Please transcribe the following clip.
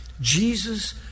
Jesus